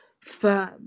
firm